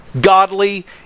Godly